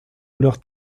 leur